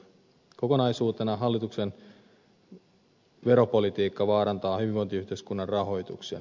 kokonaisuutena hallituksen veropolitiikka vaarantaa hyvinvointiyhteiskunnan rahoituksen